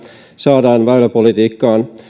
saadaan väyläpolitiikkaan